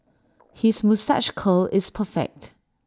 his moustache curl is perfect